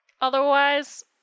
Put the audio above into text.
Otherwise